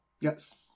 Yes